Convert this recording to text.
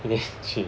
finish 去